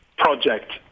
project